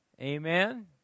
Amen